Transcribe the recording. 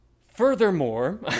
Furthermore